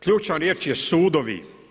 Ključna riječ je sudovi.